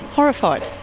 horrified!